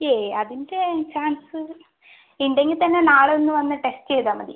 ഏയ് അതിൻ്റ ചാൻസ് ഉണ്ടെങ്കിൽത്തന്നെ നാളെ ഒന്നുവന്ന് ടെസ്റ്റ് ചെയ്താൽ മതി